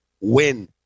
win